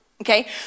okay